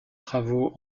travaux